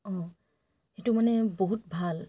অঁ সেইটো মানে বহুত ভাল